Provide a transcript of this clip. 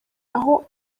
aho